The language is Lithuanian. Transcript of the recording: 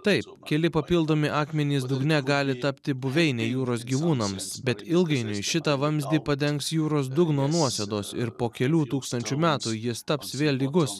tai keli papildomi akmenys dugne gali tapti buveinė jūros gyvūnams bet ilgainiui šitą vamzdį padengs jūros dugno nuosėdos ir po kelių tūkstančių metų jis taps vėl lygus